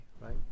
right